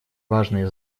важные